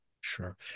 Sure